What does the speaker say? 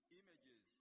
images